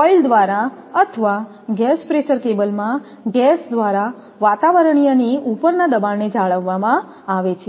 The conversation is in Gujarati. ઓઇલ દ્વારા અથવા ગેસ પ્રેશર કેબલમાં ગેસ દ્વારા વાતાવરણીયની ઉપરના દબાણને જાળવવામાં આવે છે